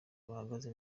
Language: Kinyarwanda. bahagaze